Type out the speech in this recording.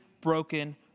broken